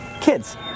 kids